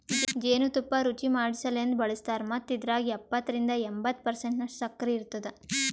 ಜೇನು ತುಪ್ಪ ರುಚಿಮಾಡಸಲೆಂದ್ ಬಳಸ್ತಾರ್ ಮತ್ತ ಇದ್ರಾಗ ಎಪ್ಪತ್ತರಿಂದ ಎಂಬತ್ತು ಪರ್ಸೆಂಟನಷ್ಟು ಸಕ್ಕರಿ ಇರ್ತುದ